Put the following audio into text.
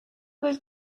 those